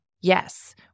Yes